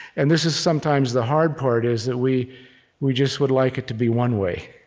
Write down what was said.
and this is sometimes the hard part, is that we we just would like it to be one way.